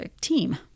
team